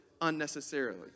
unnecessarily